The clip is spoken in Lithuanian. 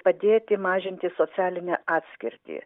padėti mažinti socialinę atskirtį